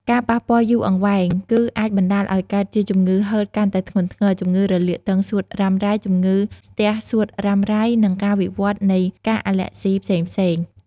ការប៉ះពាល់យូរអង្វែងគឺអាចបណ្តាលឱ្យកើតជាជំងឺហឺតកាន់តែធ្ងន់ធ្ងរ ជំងឺរលាកទងសួតរ៉ាំរ៉ៃ ជំងឺស្ទះសួតរ៉ាំរ៉ៃ និងការវិវត្តនៃ ការអាលែហ្ស៊ីផ្សេងៗ។